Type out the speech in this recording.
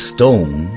Stone